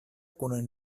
kun